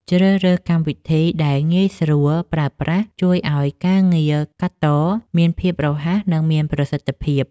ជ្រើសរើសកម្មវិធីដែលងាយស្រួលប្រើប្រាស់ជួយឱ្យការងារកាត់តមានភាពរហ័ស និង មានប្រសិទ្ធភាព។